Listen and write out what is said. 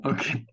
Okay